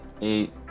Eight